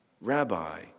Rabbi